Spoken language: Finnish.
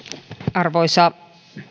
arvoisa